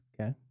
Okay